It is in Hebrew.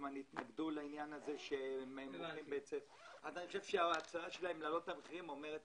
אני חושב שההצעה שלהם להעלות את המחירים, אומרת